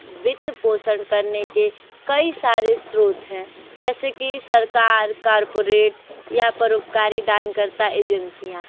वित्त पोषण करने के कई सारे स्रोत हैं जैसे कि सरकार करपोरेट या परोपकारी दान करता एजेंसियाँ